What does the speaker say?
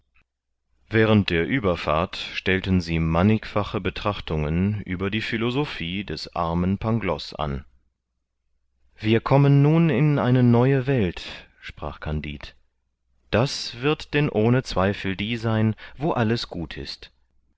während der ueberfahrt stellten sie mannigfache betrachtungen über die philosophie des armen pangloß an wir kommen nun in eine neue welt sprach kandid das wir denn ohne zweifel die sein wo alles gut ist